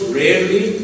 rarely